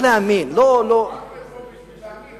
באנו לפה כדי להאמין שיש עתיד.